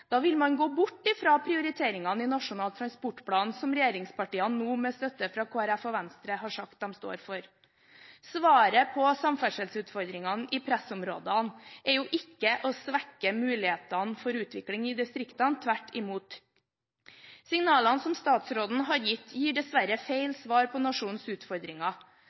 Da vil man gå bort fra prioriteringene i Nasjonal transportplan, som regjeringspartiene, nå med støtte fra Kristelig Folkeparti og Venstre, har sagt de står for. Svaret på samferdselsutfordringene i pressområdene er jo ikke å svekke mulighetene for utvikling i distriktene, tvert imot. Signalene som statsråden har gitt, gir dessverre feil svar på nasjonens utfordringer.